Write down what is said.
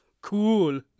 Cool